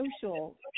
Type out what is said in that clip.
social